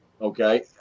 Okay